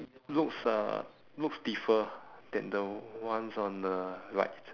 looks uh looks stiffer than the ones on the right